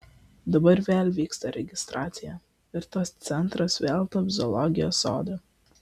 dabar vėl vyksta registracija ir tas centras vėl taps zoologijos sodu